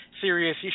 serious